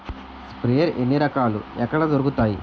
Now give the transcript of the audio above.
Sprayer ఎన్ని రకాలు? ఎక్కడ దొరుకుతాయి?